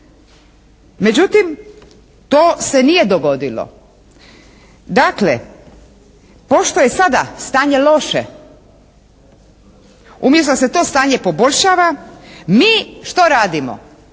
Međutim, to se nije dogodilo. Dakle pošto je sada stanje loše, umjesto da se to stanje poboljšava mi što radimo,